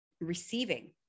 receiving